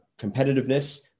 competitiveness